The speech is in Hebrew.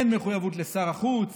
אין מחויבות לשר החוץ.